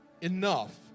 enough